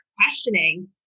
questioning